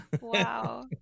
Wow